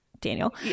Daniel